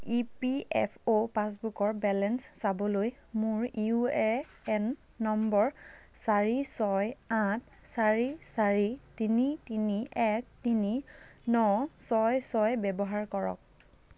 ই P F O পাছবুকৰ balance চাবলৈ মোৰ ইউ এ এন নম্বৰ চাৰি ছয় আঠ চাৰি চাৰি তিনি তিনি এক তিনি ন ছয় ছয় ব্যৱহাৰ কৰক